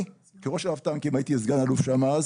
אני הייתי סא"ל שם אז